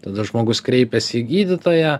tada žmogus kreipiasi į gydytoją